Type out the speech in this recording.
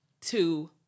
two